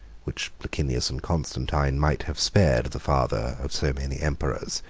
which licinius and constantine might have spared the father of so many emperors,